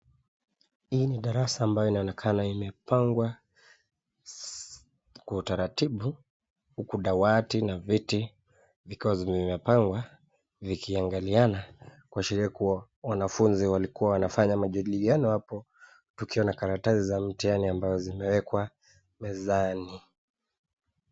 Hii ni darasa ambayo inaonekana imepangwa kwa utaratibu huku dawati na viti vikiwa zimepangwa vikiangaliana kuashiria kuwa wanafunzi walikuwa wanafanya majadiliano hapo kukiwa na karatasi za mtihani ambazo zimewekwa mezani.